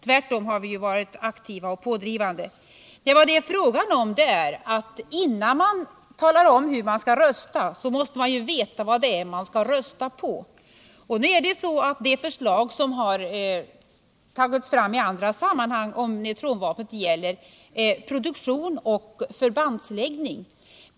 Tvärtom har vi varit aktiva och pådrivande. Vad det är fråga om är att innan man talar om hur man skall rösta måste man veta vad det är man skall rösta på. Det förslag som tagits fram i andra sammanhang beträffande neutronvapnet gäller produktion och förbandsläggning.